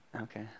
Okay